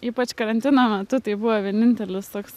ypač karantino metu tai buvo vienintelis toks